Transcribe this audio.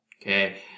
Okay